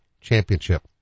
championship